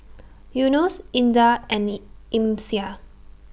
Yunos Indah and Amsyar